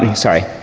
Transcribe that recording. sorry,